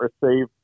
receive